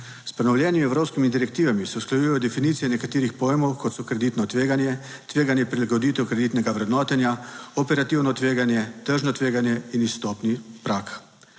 S prenovljenimi evropskimi direktivami se usklajujejo definicije nekaterih pojmov, kot so kreditno tveganje, tveganje prilagoditev kreditnega vrednotenja, operativno tveganje, tržno tveganje in izstopni prag.